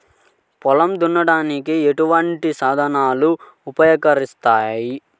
పొలం దున్నడానికి ఎటువంటి సాధనాలు ఉపకరిస్తాయి?